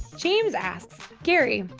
james asks, gary,